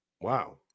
Wow